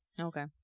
Okay